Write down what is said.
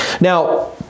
Now